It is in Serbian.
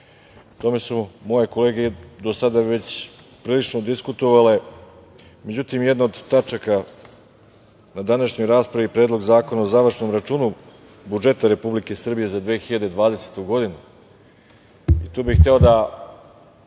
tome su moje kolege do sada već prilično diskutovale, međutim jedna od tačaka na današnjoj raspravi je Predlog zakona o završnom računu budžeta Republike Srbije za 2020. godinu. Tu